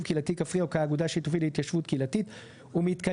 קהילתי כפרי או אגודה שיתופית להתיישבות קהילתית (בהגדרה